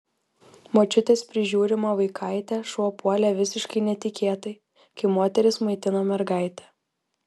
močiutės prižiūrimą vaikaitę šuo puolė visiškai netikėtai kai moteris maitino mergaitę